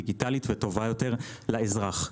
דיגיטאלית וטובה יותר לאזרח.